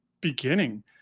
beginning